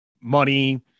money